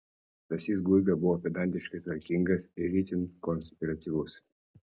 stasys guiga buvo pedantiškai tvarkingas ir itin konspiratyvus